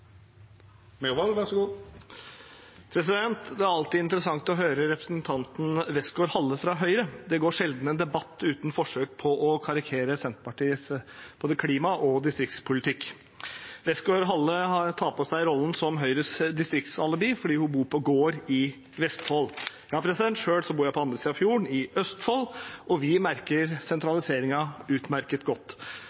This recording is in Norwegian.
går sjelden en debatt uten forsøk på å karikere Senterpartiets klimapolitikk og distriktspolitikk. Westgaard-Halle tar på seg rollen som Høyres distriktsalibi fordi hun bor på gård i Vestfold. Selv bor jeg på andre siden av fjorden, i Østfold, og vi merker